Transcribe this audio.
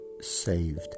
saved